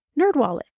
Nerdwallet